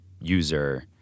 user